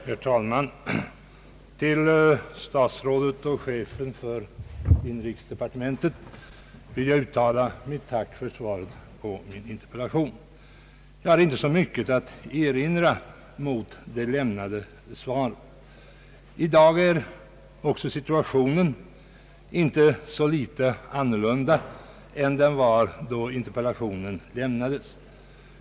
Herr talman! Till statsrådet och chefen för inrikesdepartementet vill jag uttala mitt tack för svaret på min interpellation. Jag har inte mycket att erinra mot det lämnade svaret. I dag är situationen för övrigt inte så litet annorlunda än då interpellationen lämnades.